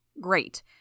Great